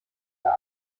der